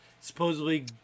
supposedly